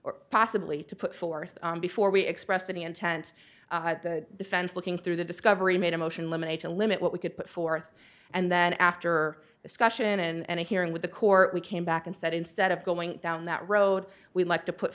or possibly to put forth before we expressed any intent the defense looking through the discovery made a motion limited to limit what we could put forth and then after discussion and a hearing with the court we came back and said instead of going down that road we'd like to put